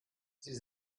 sie